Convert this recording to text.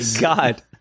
god